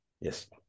Yes